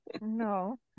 No